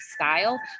style